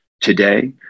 today